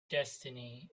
destiny